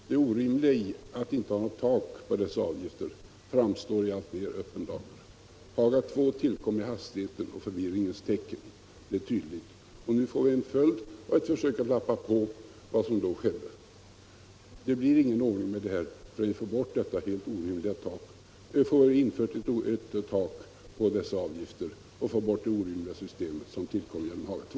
Det orimliga i att inte ha något tak för dessa avgifter framstår i alltmer öppen dager. Haga II tillkom i hastighetens och förvirringens tecken, det är tydligt. Nu får vi som följd ett försök att lappa på vad som då skedde. Det blir ingen ordning förrän man infört ett tak för dessa avgifter och undanröjt det orimliga system som tillkom genom Haga II.